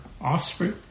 offspring